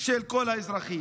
של כל האזרחים.